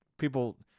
People